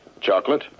Chocolate